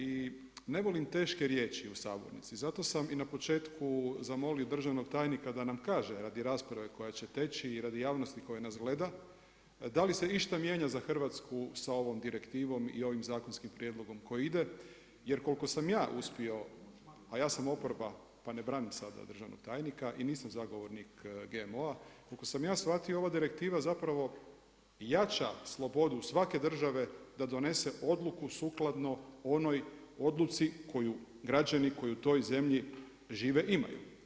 I ne volim teške riječi u sabornici, zato sam na početku zamolio državnog tajnika da nam kaže radi rasprave koja će teći i radi javnosti koja nas gleda, da li se išta mijenja za Hrvatsku sa ovom direktivom i ovim zakonskim prijedlogom koji ide jer koliko sam ja uspio, a ja sam oporba pa ne branim sada državnog tajnika i nisam zagovornik GMO-a, koliko sam ja shvatio ova direktiva zapravo jača slobodu svake države da donese odluku sukladno onoj odluci koju građani koji u toj zemlji žive imaju.